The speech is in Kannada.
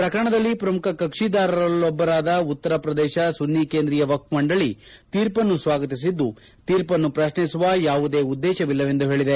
ಪ್ರಕರಣದಲ್ಲಿ ಪ್ರಮುಖ ಕಕ್ಷದಾರರಲ್ಲೊಬ್ಬರಾದ ಉತ್ತರ ಪ್ರದೇಶ ಸುನ್ನಿ ಕೇಂದ್ರೀಯ ವಕ್ಷ ಮಂಡಳಿ ತೀರ್ಷನ್ನು ಸ್ವಾಗತಿಸಿದ್ದು ತೀರ್ಷನ್ನು ಪ್ರಶ್ನಿಸುವ ಯಾವುದೇ ಉದ್ದೇಶವಿಲ್ಲವೆಂದು ಹೇಳಿದೆ